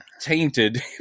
tainted